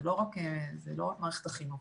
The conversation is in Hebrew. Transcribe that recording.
זה לא רק מערכת החינוך.